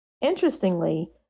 Interestingly